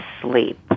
sleep